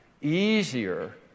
easier